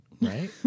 right